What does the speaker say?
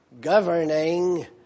governing